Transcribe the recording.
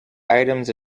items